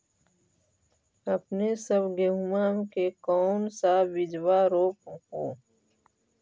अपने सब गेहुमा के कौन सा बिजबा रोप हू?